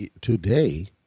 today